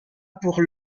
pour